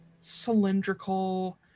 cylindrical